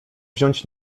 wziąć